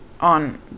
on